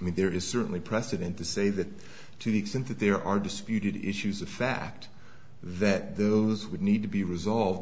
i mean there is certainly precedent to say that to the extent that there are disputed issues of fact that those would need to be resolved